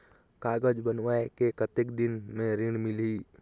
कागज बनवाय के कतेक दिन मे ऋण मिलही?